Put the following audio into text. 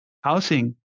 housing